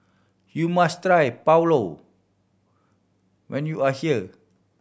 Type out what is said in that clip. you must try Pulao when you are here